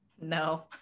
No